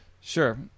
sure